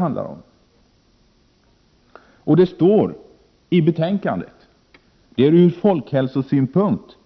I betänkandet står det: ”Det är ur folkhälsosynpunkt ett